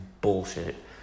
bullshit